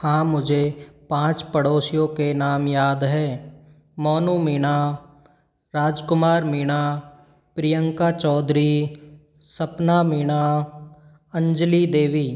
हाँ मुझे पाँच पड़ोसियों के नाम याद हैं मोनू मीणा राज कुमार मीणा प्रियंका चौधरी सपना मीणा अंजलि देवी